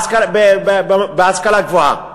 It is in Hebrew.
בהשכלה הגבוהה.